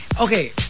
okay